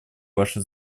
ваше